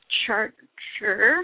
charger